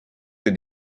que